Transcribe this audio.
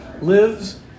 lives